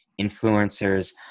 influencers